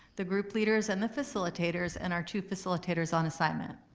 the group leaders and the facilitators and our two facilitators on assignment.